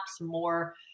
more